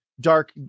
dark